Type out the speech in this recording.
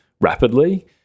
rapidly